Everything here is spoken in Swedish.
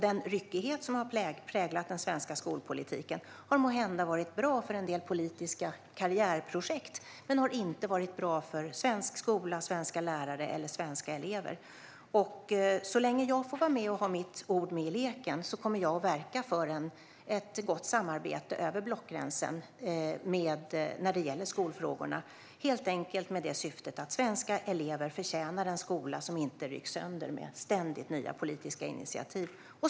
Den ryckighet som har präglat den svenska skolpolitiken har måhända varit bra för en del politiska karriärprojekt men har inte varit bra för svensk skola, svenska lärare eller svenska elever. Så länge jag får vara med och ha mitt ord med i leken kommer jag att verka för ett gott samarbete över blockgränsen i skolfrågorna, helt enkelt av det skälet att svenska elever förtjänar en skola som inte rycks sönder med ständigt nya politiska initiativ.